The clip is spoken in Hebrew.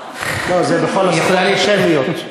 זה בכל השפות השמיות.